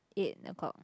eight o-clock